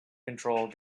control